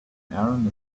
aaron